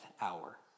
hour